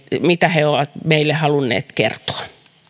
mitä he ovat meille halunneet kertoa